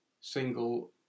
single